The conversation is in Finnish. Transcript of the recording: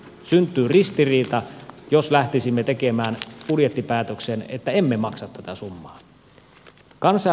syntyy ristiriita jos lähtisimme tekemään budjettipäätöksen että emme maksa tätä summaa